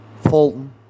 Fulton